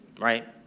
right